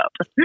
up